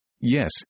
Yes